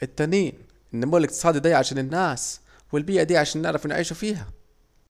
الاتنين، النمو الاقتصادي دي عشان الناس، والبيئة دي عشان نعرفوا نعيشوا فيها